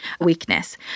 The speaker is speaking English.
weakness